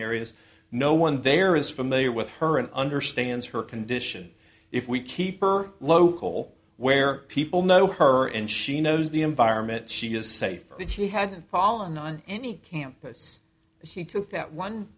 areas no one there is familiar with her and understands her condition if we keep her local where people know her and she knows the environment she is safe or that she had fallen on any campus she took that one